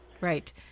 Right